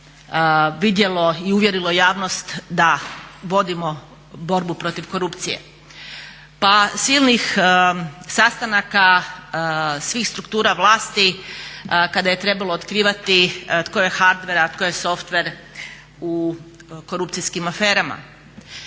vidjelo i uvjerilo javnost da vodimo borbu protiv korupcije. Pa silnih sastanaka svih struktura vlasti kada je trebalo otkrivati tko je hardware, a tko je software u korupcijskim aferama.